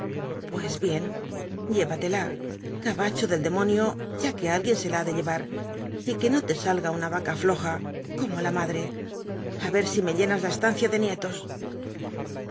pues bien llévatela gabacho del demonio ya que alguien se la ha de llevar y que no te salga una vaca floja como la madre a ver si me llenas la estancia de nietos